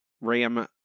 Ram